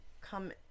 come